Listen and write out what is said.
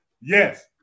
Yes